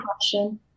question